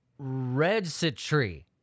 registry